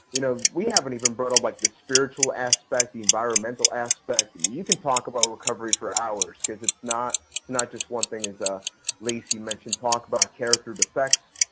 you know we haven't even brought up like the spiritual aspect, the environmental aspect. and you you can talk about recovery for hours because it's not not just one thing as ah lacy mentioned. talk about character defects.